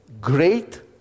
Great